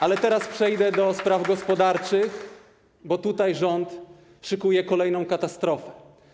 Ale teraz przejdę do spraw gospodarczych, bo tutaj rząd szykuje kolejną katastrofę.